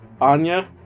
Anya